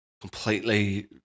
Completely